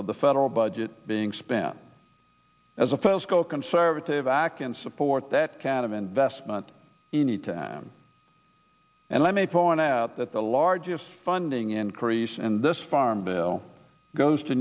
of the federal budget being spent as a first go conservative ak and support that can of investment any time and i may point out that the largest funding increase in this farm bill goes to